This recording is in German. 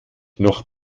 noch